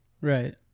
Right